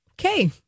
Okay